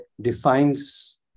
defines